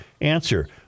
answer